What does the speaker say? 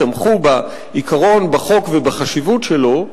תמכו בעיקרון בחוק ובחשיבות שלו,